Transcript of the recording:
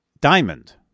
diamond